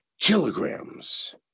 kilograms